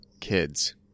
kids